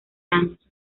años